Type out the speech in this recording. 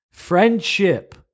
Friendship